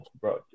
bro